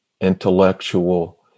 intellectual